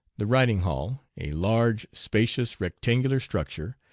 the riding-hall, a large, spacious, rectangular structure,